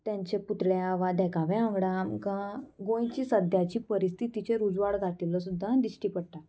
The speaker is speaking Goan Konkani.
तेंच्या पुतळ्या वा देखाव्या वांगडा आमकां गोंयची सद्याची परिस्थितीचेर उजवाड घातिल्लो सुद्दां दिश्टी पडटा